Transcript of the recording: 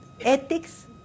ethics